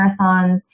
marathons